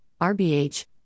RBH